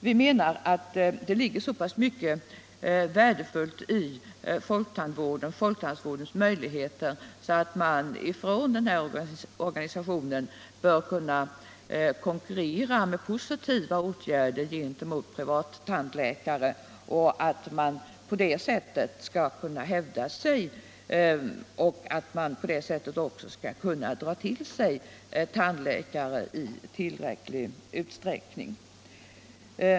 Vi menar att det ligger så pass mycket värdefullt ; folktandvårdens möjligheter att man från denna organisation bör kunna konkurrera med positiva åtgärder gentemot privattandläkare och på det sättet hävda sig och även dra till sig tandläkare I tillräcklig utsträckning.